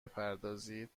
بپردازید